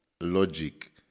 logic